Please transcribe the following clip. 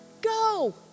Go